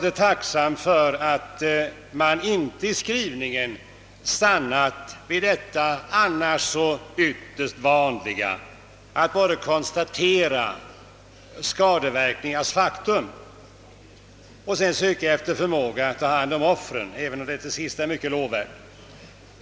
Jag är tacksam för att utskottet inte i skrivningen stannat för vad som annars är så ytterst vanligt, nämligen att bara konstatera skadeverkningarna och sedan söka att efter förmåga ta hand om offren, även om det sistnämnda är mycket lovvärt.